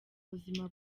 buzima